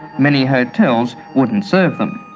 many hotels wouldn't serve them,